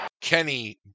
Kenny